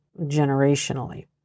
generationally